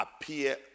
appear